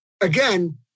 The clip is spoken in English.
again